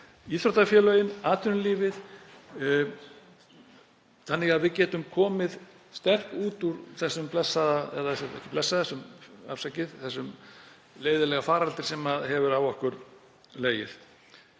íþróttafélögin, atvinnulífið, þannig að við getum komið sterk út úr þessum leiðinlega faraldri sem á hefur okkur herjað.